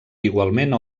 igualment